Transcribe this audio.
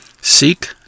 Seek